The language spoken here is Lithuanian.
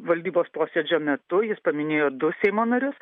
valdybos posėdžio metu jis paminėjo du seimo narius